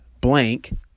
blank